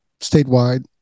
statewide